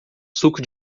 suco